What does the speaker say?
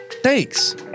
Thanks